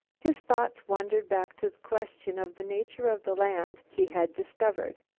his thoughts wandered back to the question of the nature of the land he had discovered.